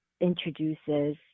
introduces